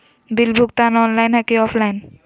Bill भुगतान online है की ऑफलाइन?